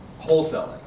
wholesaling